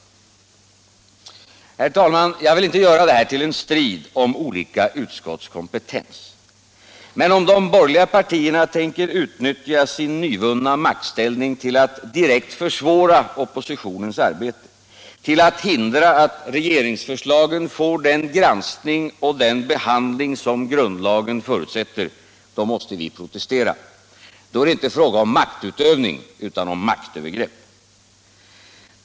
Herr talman! Jag vill inte göra detta till en strid om olika utskotts kompetens. Men om de borgerliga partierna tänker utnyttja sin nyvunna maktställning till att direkt försvåra oppositionens arbete, till att hindra att regeringsförslagen får den granskning och behandling som grundlagen förutsätter, då måste vi protestera. Då är det inte fråga om maktutövning utan om maktövergrepp.